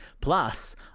Plus